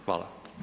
Hvala.